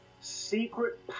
secret